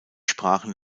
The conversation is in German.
sprachen